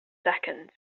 seconds